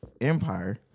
empire